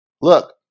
Look